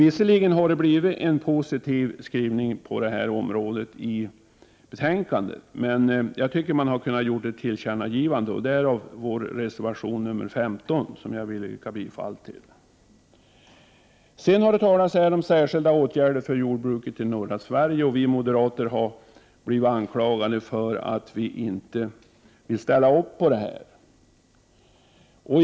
Visserligen har det blivit en positiv skrivning i detta avseende i betänkandet. Men jag tycker att man hade kunnat göra ett tillkännagivande, vilket föreslås i vår reservation 15, som jag vill yrka bifall till. Här har det sedan talats om särskilda åtgärder för jordbruket i norra Sverige. Vi moderater har blivit anklagade för att vi inte vill ställa upp på detta.